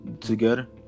together